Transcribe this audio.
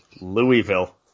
Louisville